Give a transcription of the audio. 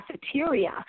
cafeteria